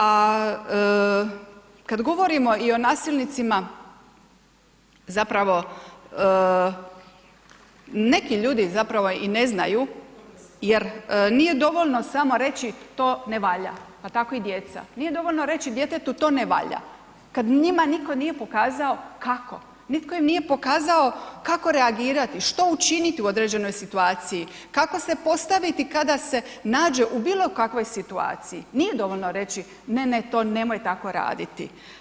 A kad govorimo i o nasilnicima zapravo neki ljudi zapravo i ne znaju jer nije dovoljno samo reći to ne valja, pa tako i djeca, nije dovoljno reći djetetu to ne valja kad njima nitko nije pokazao kako, nitko im nije pokazao kako reagirati, što učiniti u određenoj situaciji, kako se postaviti kada se nađe u bilo kakvoj situaciji, nije dovoljno reći ne, ne, to nemoj tako raditi.